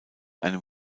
einem